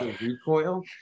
recoil